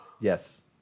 Yes